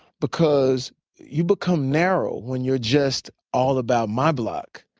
because you become narrow when you're just all about my block.